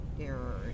error